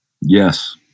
yes